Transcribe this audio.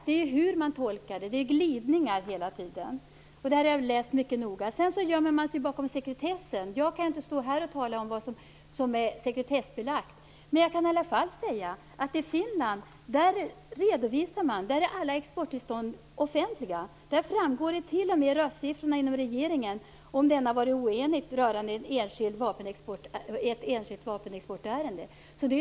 Det är en fråga om hur man tolkar det. Det är glidningar hela tiden. Jag har läst det här mycket noga. Sedan gömmer man sig bakom sekretessen. Jag kan inte stå här och tala om vad som är sekretessbelagt, men jag kan i alla fall säga att i Finland är alla exporttillstånd offentliga. Där framgår det t.o.m. av röstsiffrorna inom regeringen om någon har varit oenig rörande ett enskilt vapenexportärende.